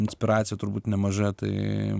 inspiracija turbūt nemaža tai